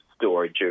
storage